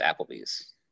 Applebee's